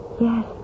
Yes